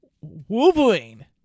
Wolverine